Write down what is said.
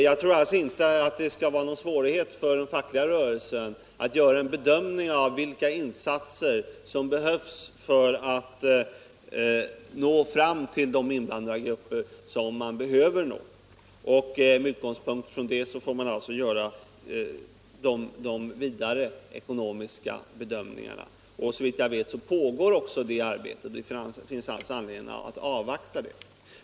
Jag tror alltså inte att det skall vara någon svårighet för den fackliga rörelsen att göra en bedömning av vilka insatser som behövs för att nå fram till de invandrargrupper som man behöver nå. Med utgångspunkt i detta får man göra de vidare ekonomiska bedömningarna. Såvitt jag vet pågår också det arbetet, och det finns alltså anledning att avvakta det.